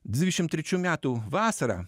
dvidešim trečių metų vasarą